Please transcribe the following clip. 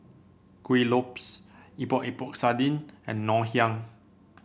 Kuih Lopes Epok Epok Sardin and Ngoh Hiang